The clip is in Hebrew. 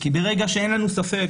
כי ברגע שאין לנו ספק